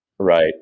right